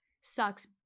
sucks